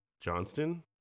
Johnston